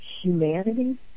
humanity